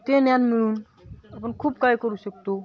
ते ज्ञान मिळून आपण खूप काय करू शकतो